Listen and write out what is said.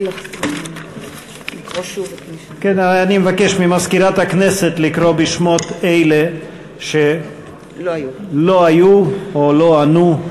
אני מבקש ממזכירת הכנסת לקרוא בשמות אלה שלא היו או לא ענו.